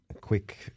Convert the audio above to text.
quick